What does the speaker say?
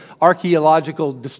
archaeological